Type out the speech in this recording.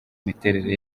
miterere